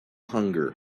hunger